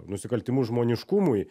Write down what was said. nusikaltimus žmoniškumui